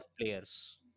players